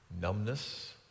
numbness